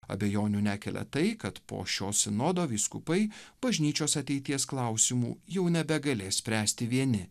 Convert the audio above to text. abejonių nekelia tai kad po šio sinodo vyskupai bažnyčios ateities klausimų jau nebegalės spręsti vieni